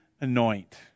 anoint